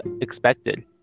expected